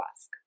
ask